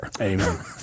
Amen